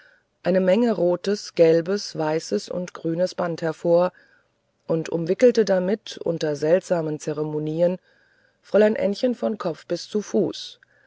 eine menge gelbes rotes weißes und grünes band hervor und umwickelte damit unter seltsamen zeremonien fräulein ännchen von kopf bis zu fuß